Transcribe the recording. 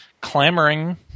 clamoring